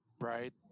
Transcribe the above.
Right